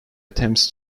attempts